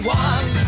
one